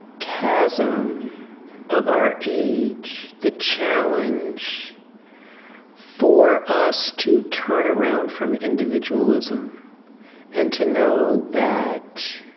chasm of our age, the challenge for us to turn around from individualism and to know that